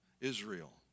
Israel